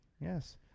Yes